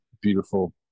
beautiful